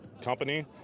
company